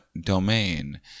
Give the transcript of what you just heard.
domain